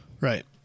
Right